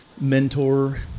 mentor